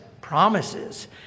promises